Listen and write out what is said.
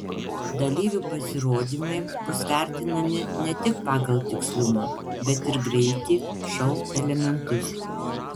dalyvių pasirodymai bus vertinami ne tik pagal tikslumą bet ir greitį šou elementus